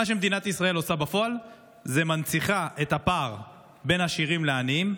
מה שמדינת ישראל עושה בפועל זה מנציחה את הפער בין עשירים לעניים,